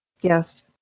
Yes